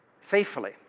faithfully